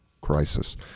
crisis